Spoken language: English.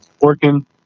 working